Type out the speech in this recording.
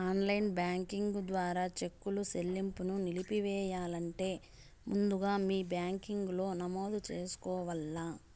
online banking ద్వారా cheque సెల్లింపుని నిలిపెయ్యాలంటే ముందుగా మీ బ్యాంకిలో నమోదు చేసుకోవల్ల